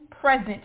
present